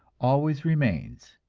always remains,